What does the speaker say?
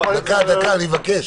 אני מבקש.